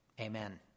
Amen